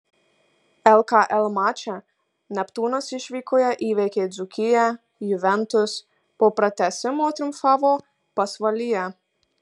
lkl mače neptūnas išvykoje įveikė dzūkiją juventus po pratęsimo triumfavo pasvalyje